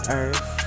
earth